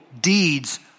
deeds